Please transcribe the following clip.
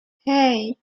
hey